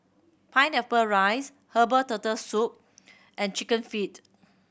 pineapple rice herbal Turtle Soup and Chicken Feet